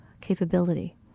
capability